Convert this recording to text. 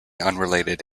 unrelated